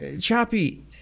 Choppy